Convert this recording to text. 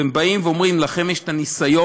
והם באים ואומרים: לכם יש הניסיון,